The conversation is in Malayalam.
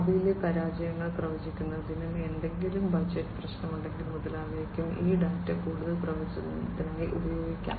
ഭാവിയിലെ പരാജയങ്ങൾ പ്രവചിക്കുന്നതിനും എന്തെങ്കിലും ബജറ്റ് പ്രശ്നമുണ്ടെങ്കിൽ മുതലായവയ്ക്കും ഈ ഡാറ്റ കൂടുതൽ പ്രവചനത്തിനായി ഉപയോഗിക്കാം